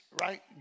right